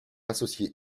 associé